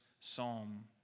psalm